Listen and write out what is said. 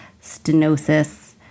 stenosis